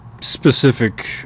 specific